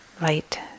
light